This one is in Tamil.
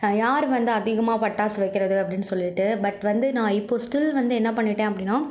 யார் வந்து அதிகமாக பட்டாசு வைக்கிறது அப்படின்னு சொல்லிவிட்டு பட் வந்து நான் இப்போது ஸ்டில் வந்து என்ன பண்ணிட்டேன் அப்படின்னா